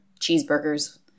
cheeseburgers